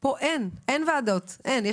פה אין ועדות אלא יש